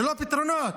ללא פתרונות.